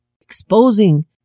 exposing